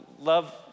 Love